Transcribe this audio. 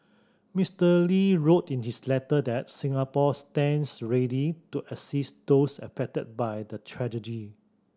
Mister Lee wrote in his letter that Singapore stands ready to assist those affected by the tragedy